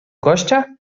gościa